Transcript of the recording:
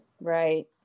Right